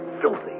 filthy